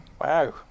wow